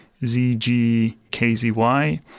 ZGKZY